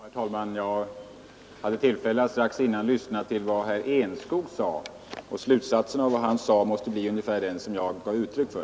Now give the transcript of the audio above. Herr talman! Jag hade tillfälle att tidigare lyssna till herr Enskog, och slutsatsen av vad han sade måste bli ungefär den som jag gav uttryck för.